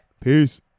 peace